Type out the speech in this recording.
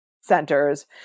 centers